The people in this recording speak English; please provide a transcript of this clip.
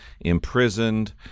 imprisoned